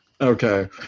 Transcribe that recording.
Okay